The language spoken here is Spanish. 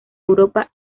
europa